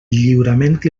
lliurament